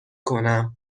کنم